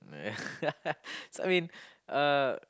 so I mean uh